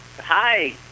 Hi